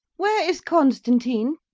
where is constantine?